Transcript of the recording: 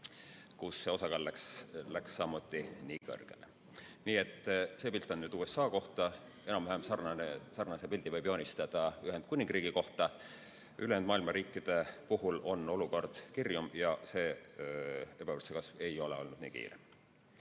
kus see osakaal läks sama kõrgele. See pilt on USA kohta, aga enam-vähem sarnase pildi võib joonistada ka Ühendkuningriigi kohta. Ülejäänud maailma riikide puhul on olukord kirjum ja ebavõrdsuse kasv ei ole olnud nii kiire.